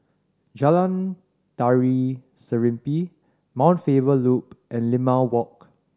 Jalan Tari Serimpi Mount Faber Loop and Limau Walk